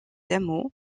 hameaux